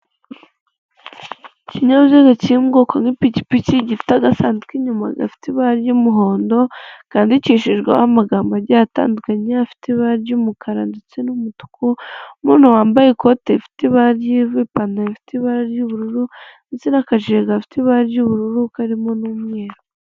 Ikinyabiziga kiri mu bwoko bw'ipikipiki gifite agasanduku k'inyuma gafite ibara ry'umuhondo, kandidikishijweho amagambo atandukanye afite ibara ry'umukara ndetse n'umutuku, umuntu wambaye ikoti rifite ibara ry'ivu ipantaro ifite ibara ry'ubururu n'akajiga gafite ibara ry'ubururu karimo n'umweru.